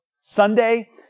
Sunday